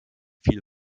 viel